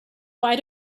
why